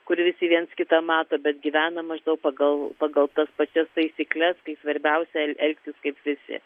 kur visi viens kitą mato bet gyvenam maždaug pagal pagal tas pačias taisykles kai svarbiausia el elgtis kaip visi